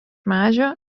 medžio